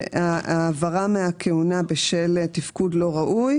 העברה מהכהונה בשל תפקוד לא ראוי.